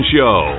Show